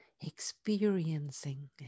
experiencing